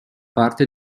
parte